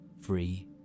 free